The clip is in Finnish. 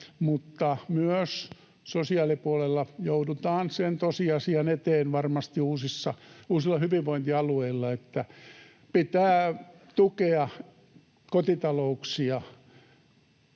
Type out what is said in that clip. mutta myös sosiaalipuolella joudutaan sen tosiasian eteen varmasti uusilla hyvinvointialueilla, että pitää tukea kotitalouksia